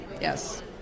Yes